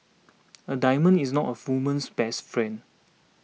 a diamond is not a woman's best friend